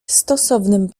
stosownym